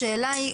השאלה היא,